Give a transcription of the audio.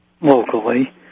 locally